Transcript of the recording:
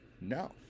no